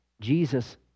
Jesus